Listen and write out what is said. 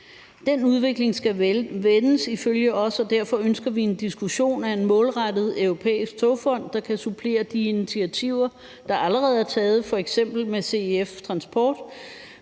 Den udvikling skal vendes ifølge os, og derfor ønsker vi en diskussion af en målrettet europæisk togfond, der kan supplere de initiativer, der allerede er taget, f.eks. med CEF Transport,